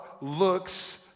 looks